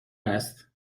است